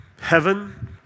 heaven